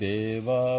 Deva